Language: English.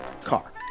car